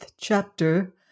chapter